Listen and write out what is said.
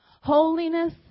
Holiness